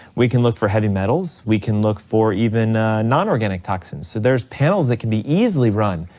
we can look for heavy metals, we can look for even non-organic toxins. there's panels that can be easily run.